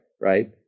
right